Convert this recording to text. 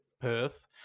Perth